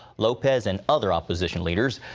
lopez and other opposition leaders.